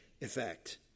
effect